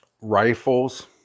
Rifles